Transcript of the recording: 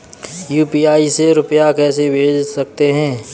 UPI से रुपया कैसे भेज सकते हैं?